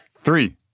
Three